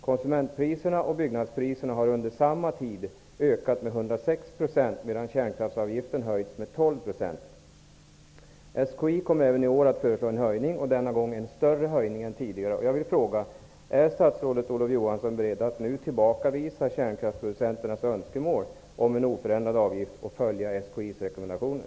Konsumentpriserna och byggnadspriserna har under samma tid ökat med 106 %, medan kärnkraftsavgiften höjts med SKI kommer även i år att föreslå en höjning, denna gång en större höjning än tidigare. Jag vill fråga: Är statsrådet Olof Johansson beredd att nu tillbakavisa kärnkraftsproducenternas önskemål om en oförändrad avgift och följa SKI:s rekommendationer?